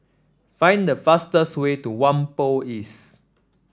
find the fastest way to Whampoa East